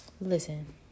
listen